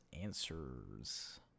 answers